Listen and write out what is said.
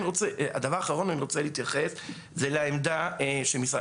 הדבר האחרון שאני רוצה להתייחס אליו הוא העמדה של משרד